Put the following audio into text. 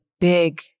big